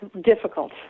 difficult